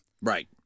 Right